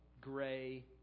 gray